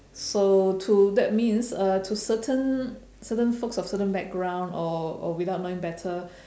so to that means uh to certain certain folks of certain background or or without knowing better